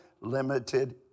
limited